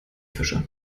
fische